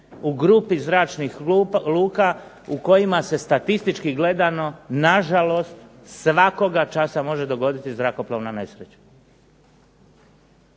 u grupi zračnih luka u kojima se statistički gledano nažalost svakoga časa može dogoditi zrakoplovna nesreća.